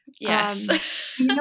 Yes